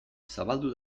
zabaldu